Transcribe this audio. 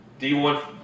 D1